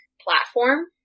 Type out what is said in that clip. platform